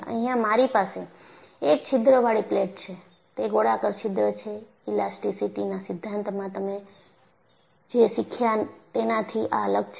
અહીંયા મારી પાસે એક છિદ્ર વાળી પ્લેટ છે તે ગોળાકાર છિદ્ર છે ઈલાસ્ટીસીટીના સિદ્ધાંતમાં તમે જે શીખ્યા તેનાથી આ અલગ છે